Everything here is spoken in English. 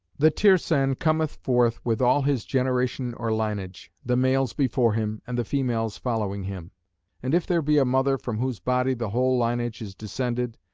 the tirsan cometh forth with all his generation or linage, the males before him, and the females following him and if there be a mother from whose body the whole linage is descended,